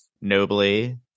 nobly